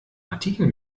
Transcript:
artikel